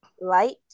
Light